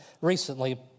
recently